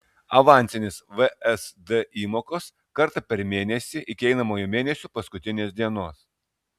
avansinės vsd įmokos kartą per mėnesį iki einamojo mėnesio paskutinės dienos